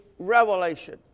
Revelation